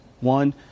One